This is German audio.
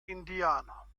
indianer